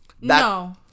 No